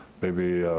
maybe,